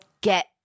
get